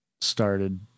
started